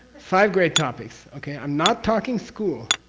five great topics. okay, i'm not talking school,